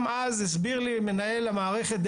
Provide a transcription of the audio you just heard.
גם אז הסביר לי מנהל המערכת,